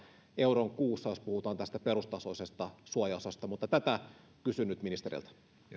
euroon kuussa jos puhutaan tästä perustasoisesta suojaosasta mutta tätä kysyn nyt ministeriltä